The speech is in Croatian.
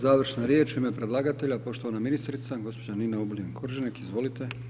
Završna riječ u ime predlagatelja, poštovana ministrica gospođa Nina Obuljen Koržinek, izvolite.